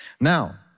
Now